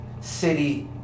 city